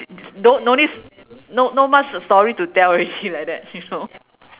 there's no no need no not much the story to tell already like that you know